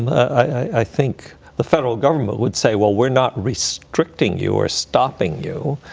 i think the federal government would say, well, we're not restricting you or stopping you.